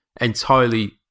entirely